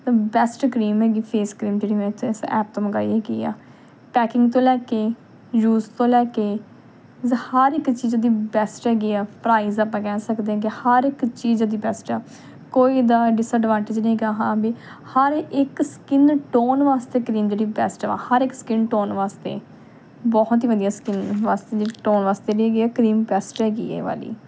best cream ਹੈਗੀ face cream ਜਿਹੜੀ ਮੈਂ ਇਸ ਇਸ ਐਪ ਤੋਂ ਮੰਗਵਾਈ ਹੈਗੀ ਆ ਪੈਕਿੰਗ ਤੋਂ ਲੈ ਕੇ ਯੂਜ ਤੋਂ ਲੈ ਕੇ ਮੀਨਸ ਹਰ ਇੱਕ ਚੀਜ਼ ਉਹਦੀ ਬੈਸਟ ਹੈਗੀ ਆ ਪ੍ਰਾਈਜ ਆਪਾਂ ਕਹਿ ਸਕਦੇ ਆ ਕਿ ਹਰ ਇੱਕ ਚੀਜ਼ ਉਹਦੀ ਬੈਸਟ ਆ ਕੋਈ ਇਹਦਾ ਡਿਸਐਡਵਾਟੇਂਜ ਨਹੀਂ ਹੈਗਾ ਹਾਂ ਵੀ ਹਰ ਇੱਕ ਸਕਿੰਨ ਟੋਨ ਵਾਸਤੇ ਕਰੀਮ ਜਿਹੜੀ ਬੈਸਟ ਵਾ ਹਰ ਇੱਕ ਸਕਿੰਨ ਟੋਨ ਵਾਸਤੇ ਬਹੁਤ ਹੀ ਵਧੀਆ ਸਕਿੰਨ ਵਾਸਤੇ ਜਿਹੜੀ ਟੋਨ ਵਾਸਤੇ ਜਿਹੜੀ ਹੈਗੀ ਆ ਕਰੀਮ ਬੈਸਟ ਹੈਗੀ ਆ ਇਹ ਵਾਲੀ